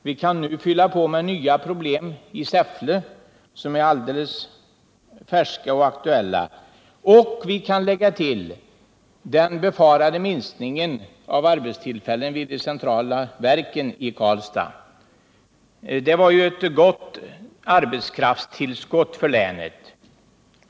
Vi kan nu fylla på med nya problem i Säffle, vilka är alldeles färska och aktuella. Vi kan lägga till den befarade minskningen av arbetstillfällen vid centrala verken i Karlstad. Det var ju ett gott tillskott av arbetstillfällen för länet.